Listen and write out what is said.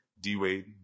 D-Wade